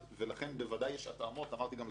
לכן ודאי יש התאמות - אמרתי גם לחברי